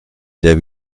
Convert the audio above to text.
der